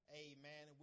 amen